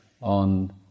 on